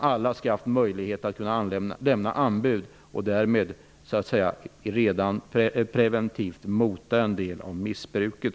Alla skall kunna lämna anbud. På det sättet skulle man preventivt kunna mota en del av missbruket.